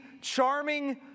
charming